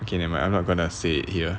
okay never mind I'm not gonna say it here